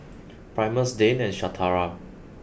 Primus Dane and Shatara